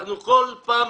אנחנו בכל פעם